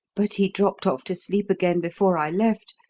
but he dropped off to sleep again before i left,